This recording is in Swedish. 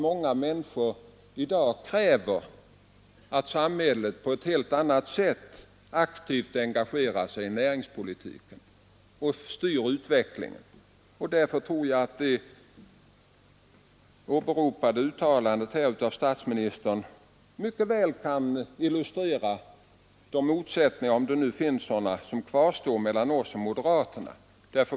Många människor kräver i dag att samhället på ett helt annat sätt aktivt skall engagera sig i näringspolitiken och styra utvecklingen. Därför tror jag att det åberopade uttalandet av statsministern mycket väl kan illustrera de motsättningar — om vi nu skall tala om sådana — som kvarstår mellan oss och moderaterna.